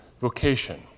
vocation